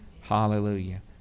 hallelujah